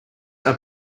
are